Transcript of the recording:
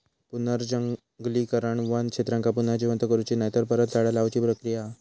पुनर्जंगलीकरण वन क्षेत्रांका पुन्हा जिवंत करुची नायतर परत झाडा लाऊची प्रक्रिया हा